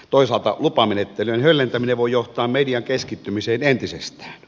toisaalta lupamenettelyjen höllentäminen voi johtaa median keskittymiseen entisestään